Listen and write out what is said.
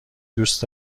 دوست